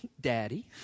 Daddy